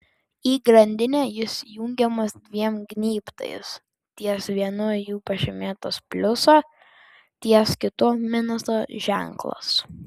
į grandinę jis jungiamas dviem gnybtais ties vienu jų pažymėtas pliuso ties kitu minuso ženklas